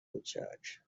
کوچک